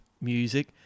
music